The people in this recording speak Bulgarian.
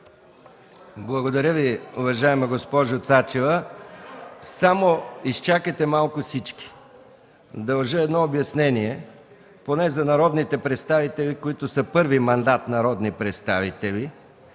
Благодаря Ви, уважаема госпожо Цачева. Дължа едно обяснение поне за народните представители, които са първи мандат народни представители.